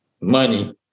money